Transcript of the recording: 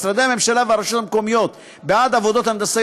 משרדי הממשלה והרשויות המקומיות בעד עבודות הנדסה